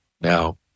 Now